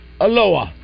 Aloha